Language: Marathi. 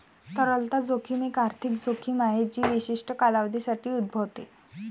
तरलता जोखीम एक आर्थिक जोखीम आहे जी विशिष्ट कालावधीसाठी उद्भवते